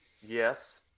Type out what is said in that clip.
Yes